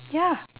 ya